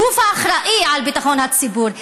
הגוף האחראי לביטחון הציבור,